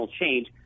change